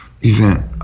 event